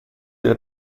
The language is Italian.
del